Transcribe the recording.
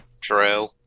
true